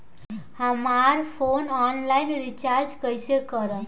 हमार phone online recharge कईसे करेम?